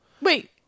Wait